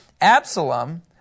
Absalom